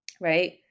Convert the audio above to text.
Right